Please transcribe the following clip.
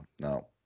no